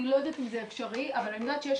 אני לא יודעת אם זה אפשרי אבל אני יודעת שיש